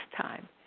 time